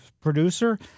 producer